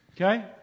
Okay